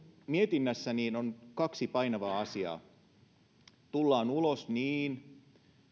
mietinnässä on kaksi painavaa asiaa jos tullaan ulos niin